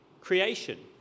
creation